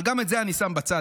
אבל גם את זה אני שם בצד.